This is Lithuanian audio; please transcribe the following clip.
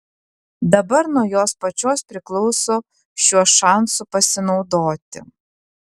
dabar nuo jos pačios priklauso šiuo šansu pasinaudoti